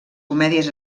comèdies